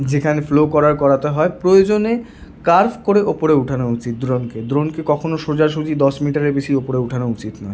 যেখানে ফ্লো করার করাতে হয় প্রয়োজনে কার্ভ করে ওপরে উঠানো উচিত দ্রোনকে দ্রোনকে কখনো সোজাসুজি দশ মিটারের বেশি উপরে ওঠানো উচিত না